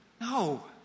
No